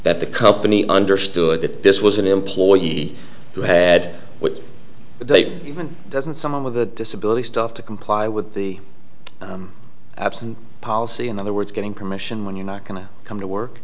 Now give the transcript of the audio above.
that the company understood that this was an employee who had they been doesn't someone with a disability stuff to comply with the absent policy in other words getting permission when you're not going to come to